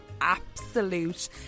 Absolute